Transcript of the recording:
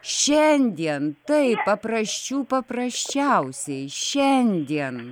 šiandien taip paprasčių paprasčiausiai šiandien